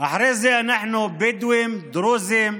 אחרי זה אנחנו בדואים, דרוזים,